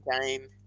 game